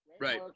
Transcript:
Right